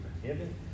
forgiven